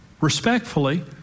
respectfully